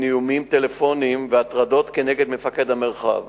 איומים טלפוניים והטרדות כנגד מפקד מרחב